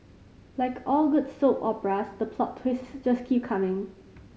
like all good soap operas the plot twists just keep coming